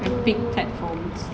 to take creds from